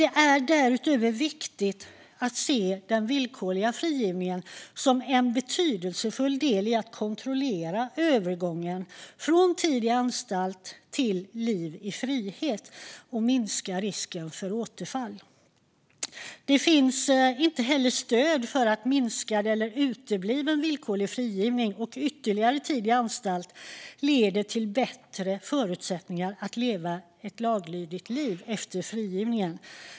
Det är därutöver viktigt att se den villkorliga frigivningen som en betydelsefull del i att kontrollera övergången från tid i anstalt till ett liv i frihet och i att minska risken för återfall. Det finns inte heller stöd för att minskad eller utebliven villkorlig frigivning och ytterligare tid i anstalt leder till bättre förutsättningar att leva ett laglydigt liv efter frigivningen.